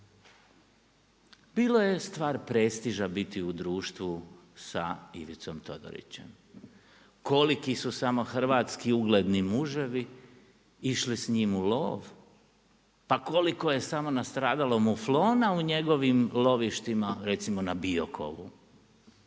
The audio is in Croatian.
Bilo je stvar prestiža biti u društvu sa Ivicom Todorićem. Koliki su samo hrvatski ugledni muževi išli s njim u lov, pa koliko je samo nastradalo muflona u njegovim lovištima recimo na Biokovu.